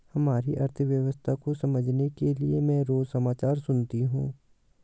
हमारी अर्थव्यवस्था को समझने के लिए मैं रोज समाचार सुनती हूँ